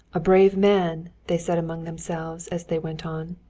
a brave man, they said among themselves as they went on.